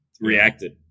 reacted